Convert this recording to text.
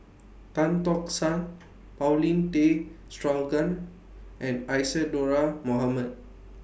Tan Tock San Paulin Tay Straughan and Isadhora Mohamed